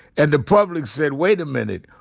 and the public said, wait a minute.